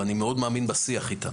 אבל אני מאמין מאוד בשיח איתם.